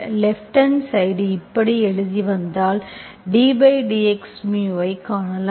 left hand side இப்படி எழுதி வந்தால் ddxμ ஐக் காணலாம்